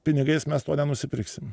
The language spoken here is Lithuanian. pinigais mes to nenusipirksim